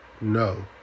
No